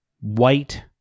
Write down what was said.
white